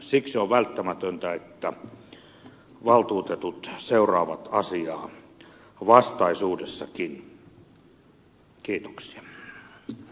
siksi on välttämätöntä että valtuutetut seuraavat asiaa vastaisuudessakin